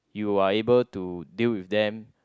you are able to deal with them